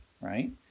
right